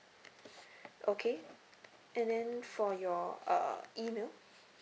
okay and then for your uh email